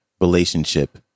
relationship